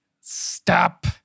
stop